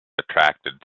attracted